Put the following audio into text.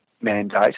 mandate